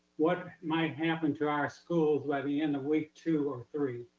what might happen to our schools by the end of week two or three,